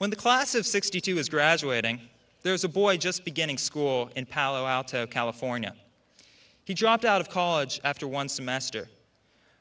when the class of sixty two was graduating there was a boy just beginning school in palo alto california he dropped out of college after one semester